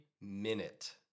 minute